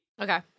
Okay